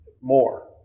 more